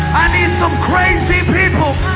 some crazy people